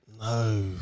No